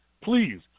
please